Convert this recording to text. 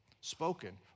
spoken